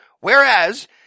whereas